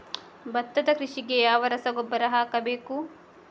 ಭತ್ತದ ಕೃಷಿಗೆ ಯಾವ ರಸಗೊಬ್ಬರ ಹಾಕಬೇಕು?